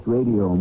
Radio